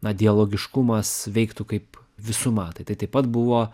na dialogiškumas veiktų kaip visuma tai taip pat buvo